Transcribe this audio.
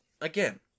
Again